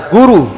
Guru